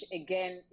again